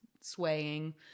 swaying